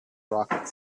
rocket